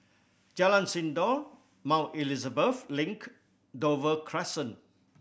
Jalan Sindor Mount Elizabeth Link Dover Crescent